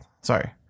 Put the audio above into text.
Sorry